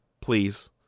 Please